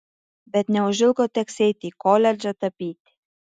bet neužilgo teks eiti į koledžą tapyti